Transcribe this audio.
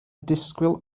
disgwyl